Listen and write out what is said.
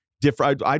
different